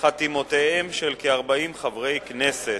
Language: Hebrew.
חתימותיהם של כ-40 חברי כנסת.